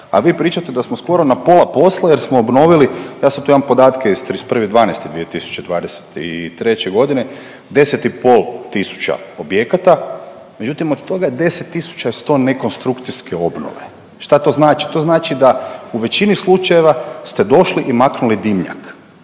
a vi pričate da smo skoro na pola posla jer smo obnovili, ja sad tu imam podatke iz 31.12.2023. godine 10 i pol tisuća objekata. Međutim, od toga je 10 000 i sto nekonstrukcijske obnove. Šta to znači? To znači da u većini slučajeva ste došli i maknuli dimnjak.